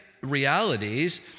realities